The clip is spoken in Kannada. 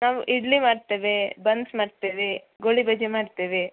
ನಾವು ಇಡ್ಲಿ ಮಾಡ್ತೇವೆ ಬನ್ಸ್ ಮಾಡ್ತೇವೆ ಗೋಳಿಬಜೆ ಮಾಡ್ತೇವೆ